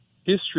history